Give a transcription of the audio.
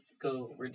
go